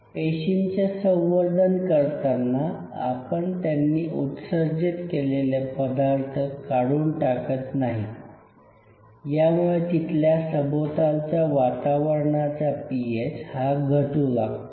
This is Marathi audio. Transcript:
पेशींचे संवर्धन करताना आपण त्यांनी उत्सर्जित केलेले पदार्थ काढून टाकत नाही यामुळे तिथल्या सभोवतालच्या वातावरणाचा पीएच हा घटू लागतो